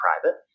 private